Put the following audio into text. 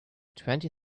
twenty